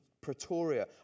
Pretoria